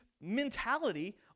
mentality